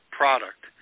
product